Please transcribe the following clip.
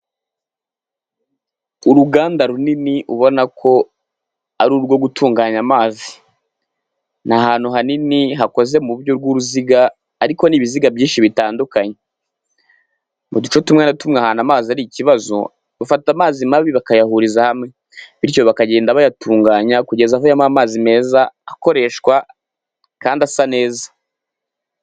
Uruganda runini ubona ko ari urwo gutunganya amazi ni ahantu hanini hakoze mu bw'uruziga tumwe amazi ari ikibazo bafata amazi mabi bakayahuriza hamwe bi bakagenda bayatunganya kugeza aho yamo amazi meza akoreshwa kandi asa neza.